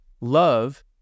Love